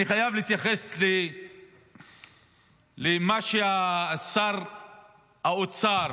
למה ששר האוצר